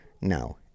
No